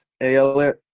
AL